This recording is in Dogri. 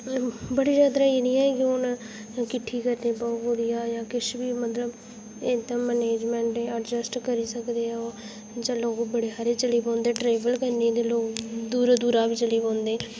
बड़ी यात्रा ऐ निं हुन किट्ठी करनी पौग जा किश बी मतलब इक तां मैनेज़मैंट ऐडजेस्ट करी सकदे ओ जे लोग बड़े हारे चली पौंदे टरै्वल करने दी लोग दूरा दूरा बी चली पौंदे